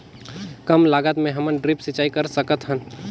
कम लागत मे हमन ड्रिप सिंचाई कर सकत हन?